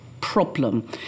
problem